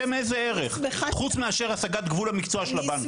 בשם איזה ערך חוץ מאשר השגת גבול המקצוע של הבנקים?